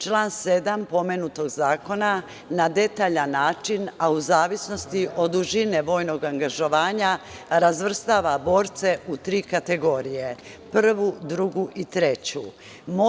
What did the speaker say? Član 7. pomenutog zakona na detaljan način, a u zavisnosti od dužine vojnog angažovanja, razvrstava borce u tri kategorije, prvu, drugu i treću.